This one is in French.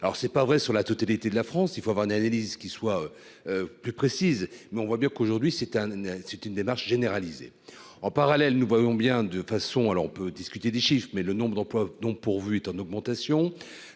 alors c'est pas vrai, sur la totalité de la France, il faut avoir une analyse qui soit plus précise, mais on voit bien qu'aujourd'hui c'est un c'est une démarche généralisée en parallèle, nous voyons bien, de façon, alors on peut discuter du chiffre mais le nombre d'emplois dont pourvu est en augmentation,